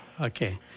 Okay